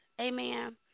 Amen